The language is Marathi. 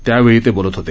त्यावेळी ते बोलत होते